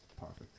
perfect